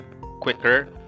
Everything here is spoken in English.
quicker